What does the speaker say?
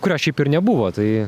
kurio šiaip ir nebuvo tai